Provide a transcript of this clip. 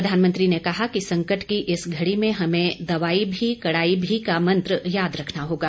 प्रधानमंत्री ने कहा कि संकट की इस घड़ी में हमें दवाई भी कड़ाई भी का मंत्र याद रखना होगा